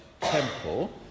temple